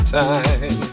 time